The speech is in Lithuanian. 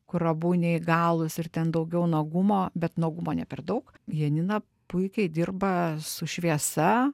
kur abu neįgalūs ir ten daugiau nuogumo bet nuogumo ne per daug janina puikiai dirba su šviesa